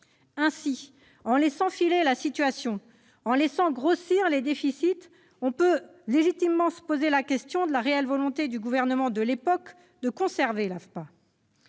Ainsi, en laissant filer la situation, en laissant grossir les déficits, on peut se poser légitimement la question de la réelle volonté du gouvernement de l'époque de conserver l'AFPA.